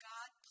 God